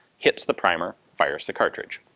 hits the primer, fires the cartridge.